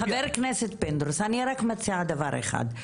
חבר הכנסת פינדרוס, אני רק מציעה דבר אחד.